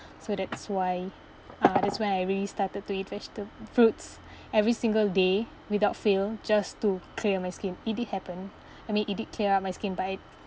so that's why uh that's when I really started to eat vegetab~ fruits every single day without fail just to clear my skin it did happen I mean it did clear my skin but it